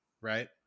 right